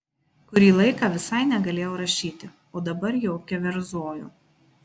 kurį laiką visai negalėjau rašyti o dabar jau keverzoju